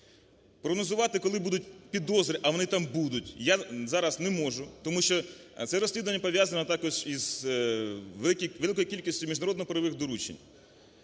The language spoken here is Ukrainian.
Прогнозувати, коли будуть підозри, а вони там будуть, я зараз не можу, тому що це розслідування пов'язане також із великою кількістю міжнародно-правових доручень.